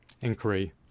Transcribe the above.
inquiry